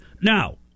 now